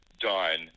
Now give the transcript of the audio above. done